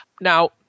now